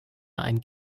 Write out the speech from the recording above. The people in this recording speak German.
ein